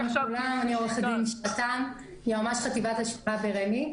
אתה יועמ"ש ברמ"י.